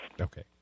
Okay